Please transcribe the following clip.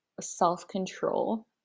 self-control